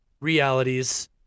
realities